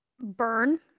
burn